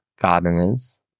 gardeners